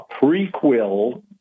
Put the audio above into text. prequel